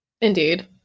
indeed